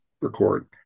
record